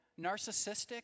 narcissistic